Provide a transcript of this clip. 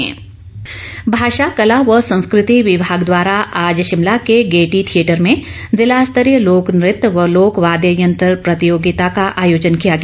लोकनृत्य भाषा कला व संस्कृति विभाग द्वारा आज शिमला के गेयटी थियेटर में जिला स्तरीय लोक नृत्य व लोक वाद्य यंत्र प्रतियोगिता का आयोजन किया गया